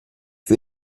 für